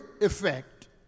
effect